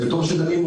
וטוב שדנים בו,